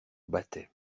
battait